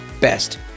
best